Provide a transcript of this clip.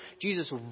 Jesus